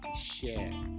share